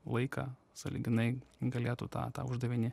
laiką sąlyginai galėtų tą tą uždavinį